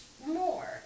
More